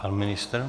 Pan ministr?